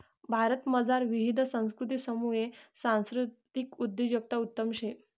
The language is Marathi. भारतमझार विविध संस्कृतीसमुये सांस्कृतिक उद्योजकता उत्तम शे